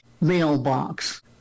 mailbox